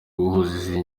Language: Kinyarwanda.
guhuza